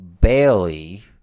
Bailey